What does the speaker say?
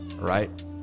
right